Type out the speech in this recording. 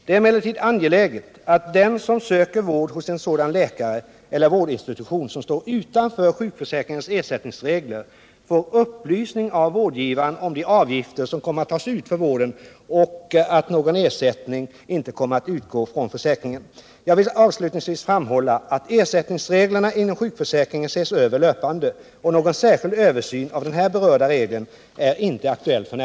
Det är emellertid angeläget att den som söker vård hos en sådan läkare eller vårdinstitution som står utanför sjukförsäkringens ersättningsregler får upplysning av vårdgivaren om de avgifter som kommer att tas ut för vården och att någon ersättning inte kommer att utgå från sjukförsäkringen. Jag vill avslutningsvis framhålla att ersättningsreglerna inom sjukförsäkringen ses över löpande. Någon särskild översyn av de här berörda reglerna är inte aktuell f. n.